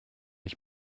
ich